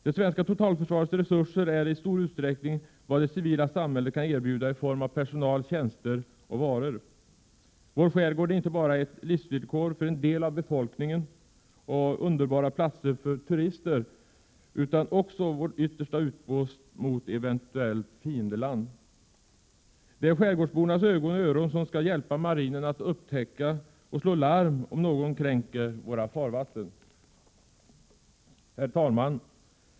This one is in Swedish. Det svenska totalförsvarets resurser utgörs i stor utsträckning av vad det civila samhället kan erbjuda i form av personal, tjänster och varor. Vår skärgård är inte bara hemvist för en del av befolkningen och underbara platser för turister utan också vår yttersta utpost mot eventuellt fiendeland. Det är skärgårdsbornas ögon och öron som skall hjälpa marinen att upptäcka och slå larm om någon kränker våra farvatten.